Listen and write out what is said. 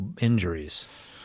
injuries